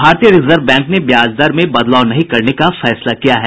भारतीय reserve bank ने ब्याज दर में बदलाव नहीं करने का फैसला किया है